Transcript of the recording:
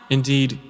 Indeed